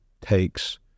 takes